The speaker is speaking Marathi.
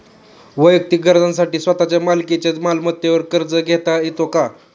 वैयक्तिक गरजांसाठी स्वतःच्या मालकीच्या मालमत्तेवर कर्ज घेता येतो का?